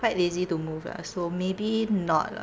quite lazy to move ah so maybe not lah